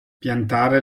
piantare